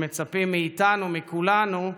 הם מצפים מאיתנו, מכולנו,